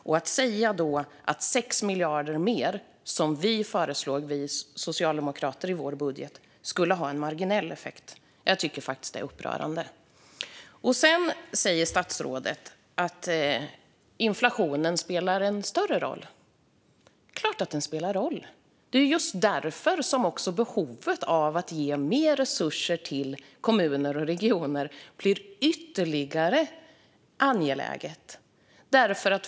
Att då säga att 6 miljarder mer, som vi socialdemokrater föreslår i vår budget, skulle ha en marginell effekt är upprörande. Sedan säger statsrådet att inflationen spelar en större roll. Det är klart att den spelar en roll. Det är just därför som behovet av att ge mer resurser till kommuner och regioner blir ytterligare angeläget.